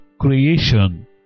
creation